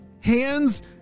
hands